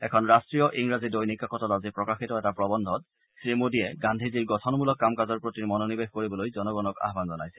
এখন ৰাষ্টীয় ইংৰাজী দৈনিক কাকতত আজি প্ৰকাশিত এটা প্ৰবন্ধত শ্ৰীমোদীয়ে গান্ধীজীৰ গঠনমূলক কাম কাজৰ প্ৰতি মনোনিৱেশ কৰিবলৈ জনগণক আহান জনাইছে